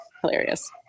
hilarious